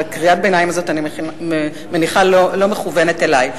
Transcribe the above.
אני מניחה שקריאת הביניים הזאת לא מכוונת אלי.